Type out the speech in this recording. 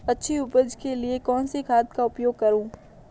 अच्छी उपज के लिए कौनसी खाद का उपयोग करूं?